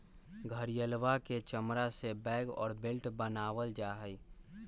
घड़ियलवा के चमड़ा से बैग और बेल्ट बनावल जाहई